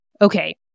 Okay